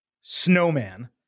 snowman